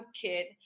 kid